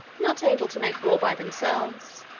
not able to make war by themselves,